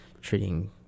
treating